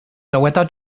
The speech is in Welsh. dyweda